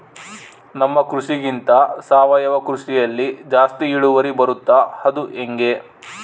ನಮ್ಮ ಕೃಷಿಗಿಂತ ಸಾವಯವ ಕೃಷಿಯಲ್ಲಿ ಜಾಸ್ತಿ ಇಳುವರಿ ಬರುತ್ತಾ ಅದು ಹೆಂಗೆ?